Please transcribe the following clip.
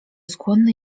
skłonny